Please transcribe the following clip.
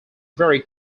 very